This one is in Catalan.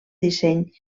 disseny